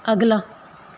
ਅਗਲਾ